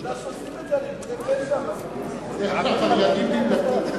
עובדה שעושים את זה על ארגוני פשע,